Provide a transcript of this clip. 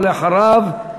ואחריו,